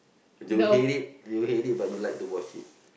do you hate it do you hate it but you like to wash it